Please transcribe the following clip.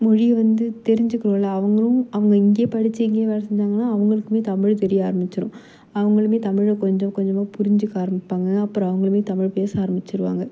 மொழியை வந்து தெரிஞ்சிக்கணும்ல அவங்களும் அவங்க இங்கேயே படைச்சு இங்கேயே வேலை செஞ்சாங்கன்னா அவங்களுக்குமே தமிழ் தெரிய ஆரம்மிச்சிவிடும் அவங்களுமே தமிழை கொஞ்சம் கொஞ்சமாக புரிஞ்சுக்க ஆரம்மிப்பாங்க அப்புறம் அவங்களுமே தமிழ் பேச ஆரம்மிச்சிவிடுவாங்க